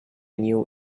knew